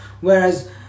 Whereas